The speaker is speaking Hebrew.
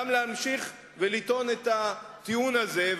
גם להמשיך לטעון את הטיעון הזה.